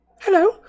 Hello